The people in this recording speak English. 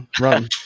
run